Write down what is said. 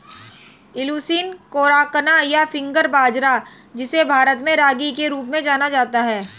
Eleusine coracana, या finger बाजरा, जिसे भारत में रागी के रूप में जाना जाता है